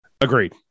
Agreed